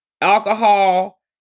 alcohol